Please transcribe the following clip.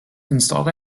installed